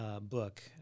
Book